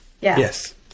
Yes